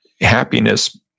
Happiness